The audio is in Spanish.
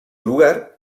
lugar